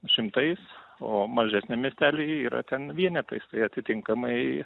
šimtais o mažesniam miestely yra ten vienetais tai atitinkamai